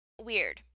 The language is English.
weird